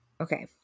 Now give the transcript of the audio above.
Okay